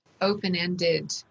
open-ended